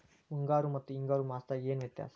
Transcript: ಮುಂಗಾರು ಮತ್ತ ಹಿಂಗಾರು ಮಾಸದಾಗ ಏನ್ ವ್ಯತ್ಯಾಸ?